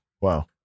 Wow